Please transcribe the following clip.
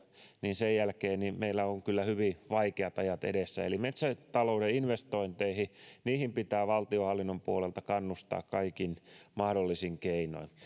niin sen jälkeen meillä on kyllä hyvin vaikeat ajat edessä eli metsätalouden investointeihin pitää valtionhallinnon puolelta kannustaa kaikin mahdollisin keinoin